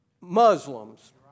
Muslims